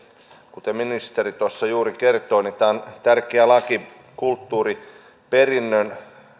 kuten ministeri tuossa juuri kertoi niin tämä on tärkeä laki kulttuuriperinnön